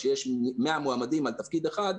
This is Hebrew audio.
כשיש מאה מועמדים על תפקיד אחד,